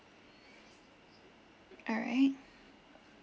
all right